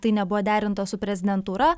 tai nebuvo derinta su prezidentūra